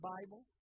Bible